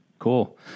cool